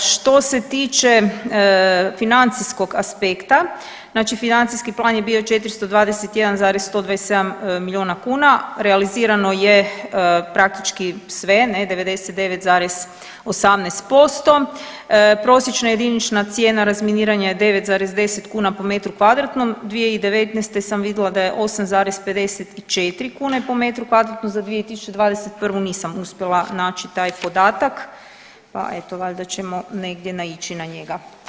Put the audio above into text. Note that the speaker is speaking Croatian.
Što se tiče financijskog aspekta, znači financijski plan je bio 421,127 milijuna kuna, realizirano je praktički sve ne, 99,18%, prosječna jedinična cijena razminiranja je 9,10 kuna po m2, 2019. sam vidjela da je 8,54 kune po m2, za 2021. nisam uspjela naći taj podatak, pa eto valjda ćemo negdje naići na njega.